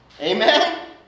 Amen